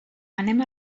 anem